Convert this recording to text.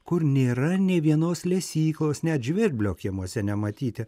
kur nėra nė vienos lesyklos net žvirblio kiemuose nematyti